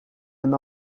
een